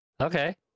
okay